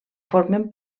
formen